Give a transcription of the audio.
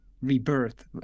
rebirth